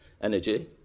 energy